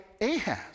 Ahaz